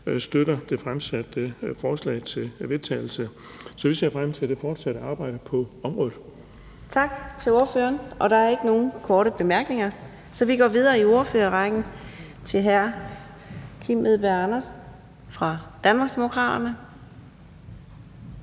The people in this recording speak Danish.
støtter det fremsatte forslag til vedtagelse. Så vi ser frem til det fortsatte arbejde på området. Kl. 09:57 Fjerde næstformand (Karina Adsbøl): Tak til ordføreren. Der er ikke nogen korte bemærkninger, så vi går videre i ordførerrækken til hr. Kim Edberg Andersen fra Danmarksdemokraterne.